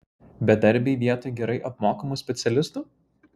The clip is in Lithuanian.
bedarbiai vietoj gerai apmokamų specialistų